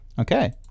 Okay